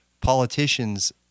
politicians